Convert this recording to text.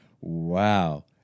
Wow